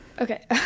Okay